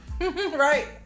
Right